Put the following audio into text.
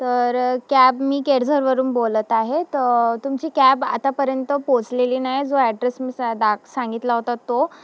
तर कॅब मी केळझरवरून बोलत आहे तर तुमची कॅब आतापर्यंत पोचलेली नाही जो ॲड्रेस मी सा दा सांगितला होता तो